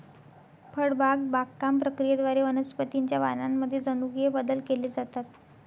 फळबाग बागकाम प्रक्रियेद्वारे वनस्पतीं च्या वाणांमध्ये जनुकीय बदल केले जातात